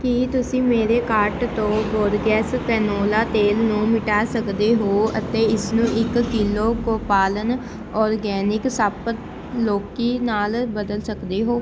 ਕੀ ਤੁਸੀਂ ਮੇਰੇ ਕਾਰਟ ਤੋਂ ਬੋਰਗੇਸ ਕੈਨੋਲਾ ਤੇਲ ਨੂੰ ਮਿਟਾ ਸਕਦੇ ਹੋ ਅਤੇ ਇਸਨੂੰ ਇੱਕ ਕਿੱਲੋ ਗੋਪਾਲਨ ਔਰਗੈਨਿਕ ਸੱਪ ਲੌਕੀ ਨਾਲ ਬਦਲ ਸਕਦੇ ਹੋ